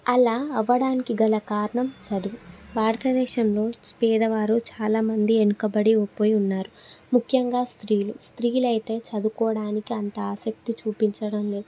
అలా అవ్వడానికి గల కారణం చదువు భారతదేశంలో పేదవారు చాలామంది వెనుకబడి పోయి ఉన్నారు ముఖ్యంగా స్త్రీలు స్త్రీలైతే చదువుకోడానికి అంత ఆసక్తి చూపించడం లేదు